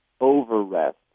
over-rest